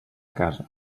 casa